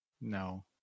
No